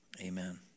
amen